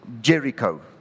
Jericho